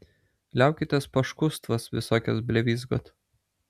liaukitės paškustvas visokias blevyzgot